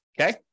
okay